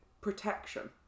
protection